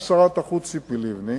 גם שרת החוץ ציפי לבני,